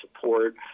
support